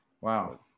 wow